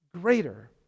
greater